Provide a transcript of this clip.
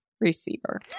receiver